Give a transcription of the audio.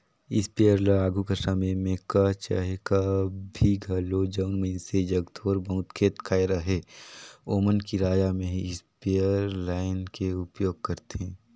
sprayer ल आघु कर समे में कह चहे अभीं घलो जउन मइनसे जग थोर बहुत खेत खाएर अहे ओमन किराया में ही इस्परे लाएन के उपयोग करथे